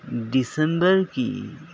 دسمبر کی